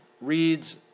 reads